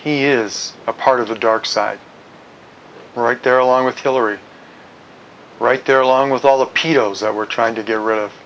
he is a part of the dark side right there along with hillary right there along with all the paedos that we're trying to get rid of